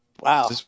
Wow